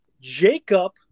Jacob